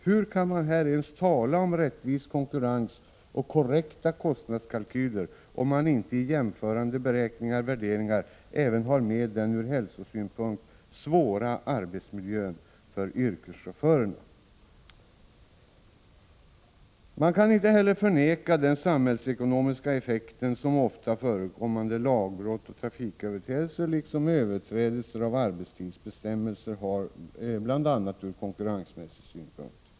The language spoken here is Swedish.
Hur kan man här ens tala om rättvis konkurrens och korrekta kostnadskalkyler, om man inte i jämförande beräkningar och värderingar även tar med den ur hälsosynpunkt svåra arbetsmiljön för yrkeschaufförerna? Man kan inte heller förneka den samhällsekonomiska effekt som ofta förekommande lagbrott och trafiköverträdelser, liksom överträdelser av arbetstidsbestämmelser har, från bl.a. konkurrenssynpunkt.